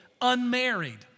unmarried